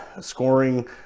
scoring